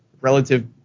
relative